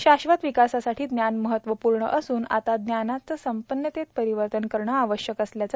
शाश्वत विकासासाठी ज्ञान महत्वपूर्ण असुन आता ज्ञानाचे संपन्नेत परिवर्तन करणे गरजेचे असल्याचे श्री